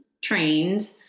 trained